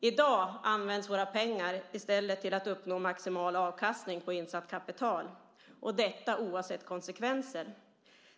I dag används våra pengar i stället till att uppnå maximal avkastning på insatt kapital - detta oavsett konsekvenser.